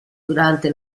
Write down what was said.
durante